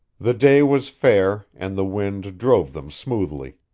the day was fair, and the wind drove them smoothly.